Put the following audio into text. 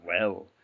well